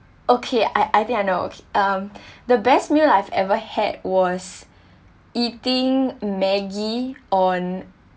okay I I think I know um the best meal I've ever had was eating maggi on